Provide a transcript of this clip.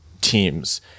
teams